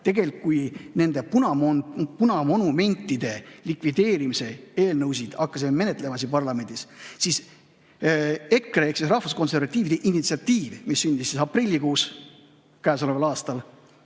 tegelikult, kui me nende punamonumentide likvideerimise eelnõusid hakkasime menetlema siin parlamendis, siis EKRE ehk rahvuskonservatiivide initsiatiiv, mis sündis siis aprillikuus käesoleval aastal,